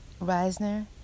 Reisner